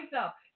up